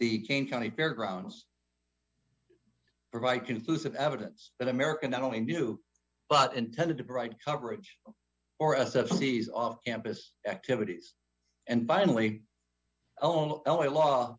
the cane county fairgrounds provide conclusive evidence that america not only new but intended to provide coverage or as it sees off campus activities and finally own l a law